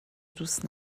دوست